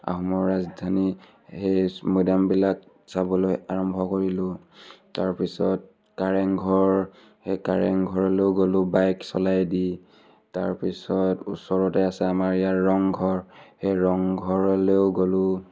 আহোমৰ ৰাজধানী সেই মৈদামবিলাক চাবলৈ আৰম্ভ কৰিলোঁ তাৰপিছত কাৰেংঘৰ সেই কাৰেংঘৰলৈও গ'লোঁ বাইক চলাই দি তাৰপিছত ওচৰতে আছে আমাৰ ইয়াৰ ৰংঘৰ সেই ৰংঘৰলৈও গ'লোঁ